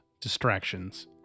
Distractions